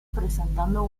presentando